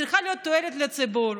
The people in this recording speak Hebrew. צריכה להיות תועלת לציבור.